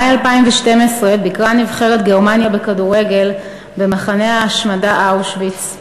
במאי 2012 ביקרה נבחרת גרמניה בכדורגל במחנה ההשמדה אושוויץ.